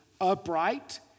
upright